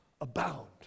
abound